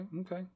Okay